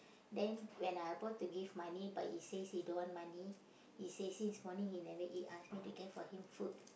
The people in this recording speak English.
then when I about to give money but he says he don't want money he say since morning he never eat ask me to get for him food